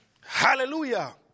Hallelujah